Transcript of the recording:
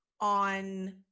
on